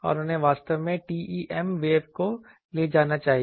और उन्हें वास्तव में TEM वेव को ले जाना चाहिए